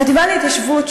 החטיבה להתיישבות,